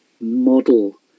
model